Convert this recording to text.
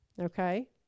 okay